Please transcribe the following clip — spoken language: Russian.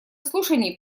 слушаний